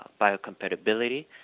biocompatibility